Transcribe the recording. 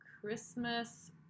Christmas